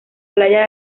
playa